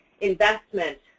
investment